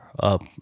up